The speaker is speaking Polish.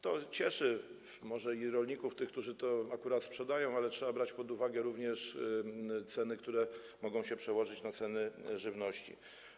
To może i cieszy rolników, tych, którzy to akurat sprzedają, ale trzeba brać pod uwagę również ceny, które mogą się przełożyć na ceny żywności.